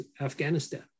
Afghanistan